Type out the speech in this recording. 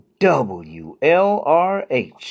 WLRH